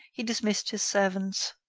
he dismissed his servants.